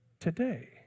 today